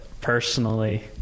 Personally